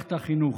במערכת החינוך.